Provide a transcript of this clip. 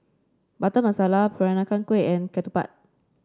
Butter Masala Peranakan Kueh and Ketupat